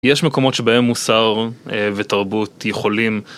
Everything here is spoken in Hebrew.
יש מקומות שבהם מוסר ותרבות יכולים.